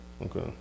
Okay